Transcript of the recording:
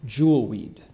jewelweed